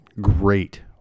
great